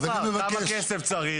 כמה כסף צריך?